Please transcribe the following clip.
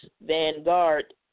vanguard